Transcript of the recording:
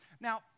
Now